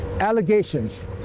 allegations